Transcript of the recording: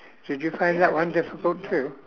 did you find that one difficult too